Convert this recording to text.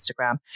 Instagram